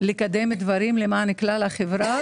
לקדם דברים למען כלל החברה,